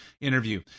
interview